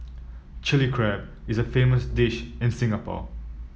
Chilli Crab is a famous dish in Singapore